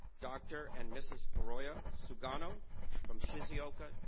doctor and mrs. roya sugano from shizuoka,